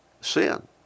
sin